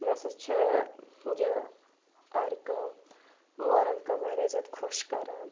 مےٚ ہسا چھِ یہِ آرِ کٲم وۄنَن کٲم واریاہ زیادٕ خۄش کَران